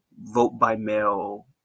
vote-by-mail